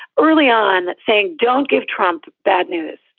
early on saying don't give trump bad news.